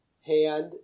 hand